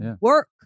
work